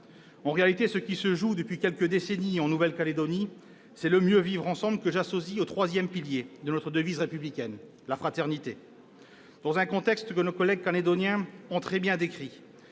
En réalité, ce qui se joue depuis quelques décennies en Nouvelle-Calédonie, c'est un « mieux vivre ensemble », que j'associe au troisième pilier de notre devise républicaine : la fraternité. Dans un contexte que nos collègues calédoniens ont très bien décrit,